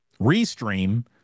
restream